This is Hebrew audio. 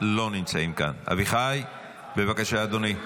לא נמצאים כאן, אביחי, בבקשה, אדוני.